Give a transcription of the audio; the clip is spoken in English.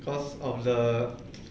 because of the